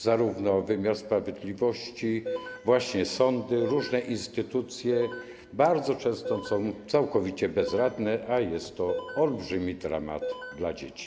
Zarówno wymiar sprawiedliwości, właśnie sądy, jak i różne instytucje bardzo często są całkowicie bezradne, a jest to olbrzymi dramat dzieci.